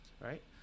right